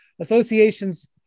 associations